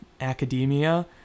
academia